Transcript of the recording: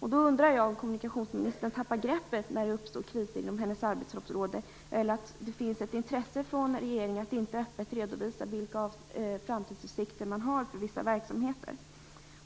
Jag undrar om kommunikationsministern tappar greppet när det uppstår kriser inom hennes arbetsområde, eller om det finns ett intresse från regeringen att inte öppet redovisa vilka framtidsutsikter vissa verksamheter